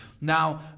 Now